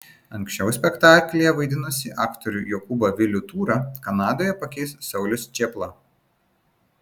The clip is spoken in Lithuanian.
anksčiau spektaklyje vaidinusį aktorių jokūbą vilių tūrą kanadoje pakeis saulius čėpla